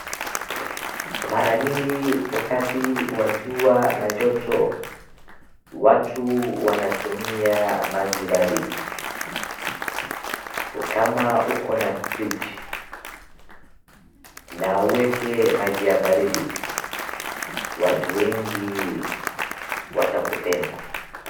Mara nyingi wakati wa jua na joto watu wanatumia maji baridi. Kama ukona fridge na uweke maji ya baridi watu wengi watakupenda.